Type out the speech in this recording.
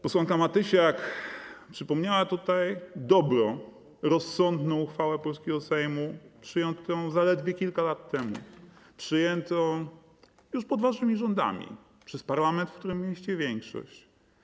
Posłanka Matysiak przypomniała dobrą, rozsądną uchwałę polskiego Sejmu przyjętą zaledwie kilka lat temu już pod waszymi rządami, przez parlament, w którym mieliście większość.